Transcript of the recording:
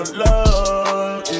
love